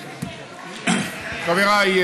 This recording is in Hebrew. חבריי,